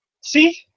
See